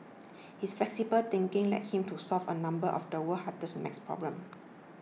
his flexible thinking led him to solve a number of the world's hardest math problems